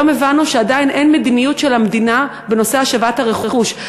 והיום הבנו שעדיין אין מדיניות של המדינה בנושא השבת הרכוש,